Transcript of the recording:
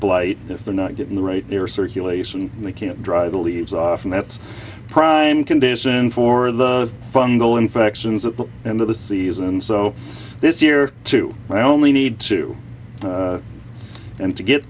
blight if they're not getting the right near circulation and they can dry the leaves off and that's prime condition for the fungal infections at the end of the season so this year too i only need two and to get